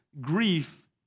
grief